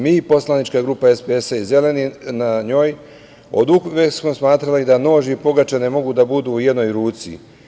Mi poslanička grupa SPS i Zeleni oduvek smo smatrali da nož i pogača ne mogu da budu u jednoj ruci.